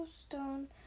Stone